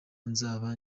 nzaba